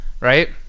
right